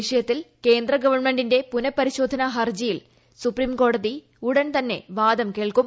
വിഷയത്തിൽ ക്ന്ദ്രഗവൺമെന്റിന്റെ പുനഃപരിശോധനാ ഹർജിയിൽ സ്തുപ്രീംകോടതി ഉടൻ തന്നെ വാദം കേൾക്കും